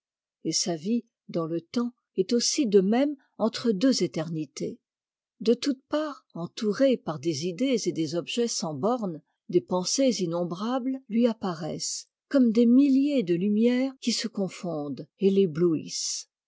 et sa vie dans le temps est aussi de même entre deux éternités de toutes parts entouré par des idées et des objets sans bornes des pensées innombrables lui apparaissent comme des milliers de lumières qui se confondent et l'éblouissent